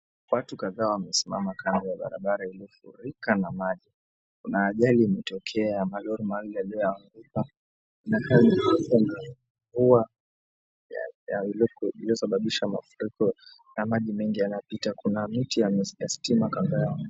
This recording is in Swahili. Watu kadhaa wamesimama kando ya barabara iliyo furika na maji, kuna ajali imetokea malori manne yaliyo anguka inakaa ni mvua iliyosababisha mafuriko ya maji mengi yanapita kuna miti ya stima kando yao.